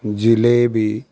jalebi